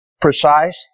precise